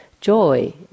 joy